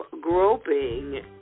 groping